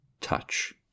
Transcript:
touch